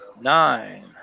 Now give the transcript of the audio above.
nine